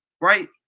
Right